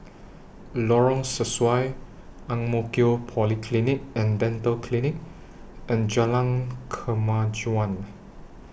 Lorong Sesuai Ang Mo Kio Polyclinic and Dental Clinic and Jalan Kemajuan